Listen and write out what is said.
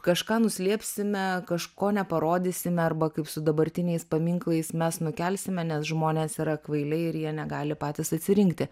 kažką nuslėpsime kažko neparodysime arba kaip su dabartiniais paminklais mes nukelsime nes žmonės yra kvailiai ir jie negali patys atsirinkti